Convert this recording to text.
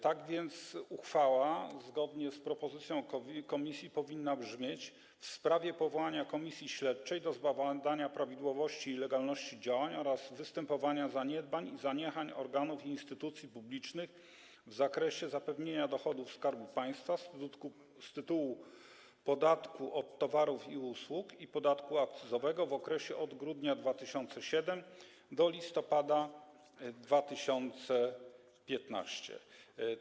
Tak więc tytuł uchwały, zgodnie z propozycją komisji, powinna brzmieć: w sprawie powołania Komisji Śledczej do zbadania prawidłowości i legalności działań oraz występowania zaniedbań i zaniechań organów i instytucji publicznych w zakresie zapewnienia dochodów Skarbu Państwa z tytułu podatku od towarów i usług i podatku akcyzowego w okresie od grudnia 2007 r. do listopada 2015 r.